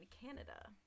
canada